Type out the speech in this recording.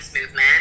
movement